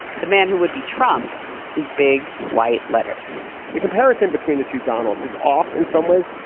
the man who would be trump in big white letters the comparison between the two donald's is off in some ways.